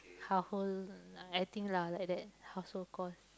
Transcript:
how hold lah I think lah like that household cores